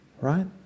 right